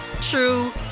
true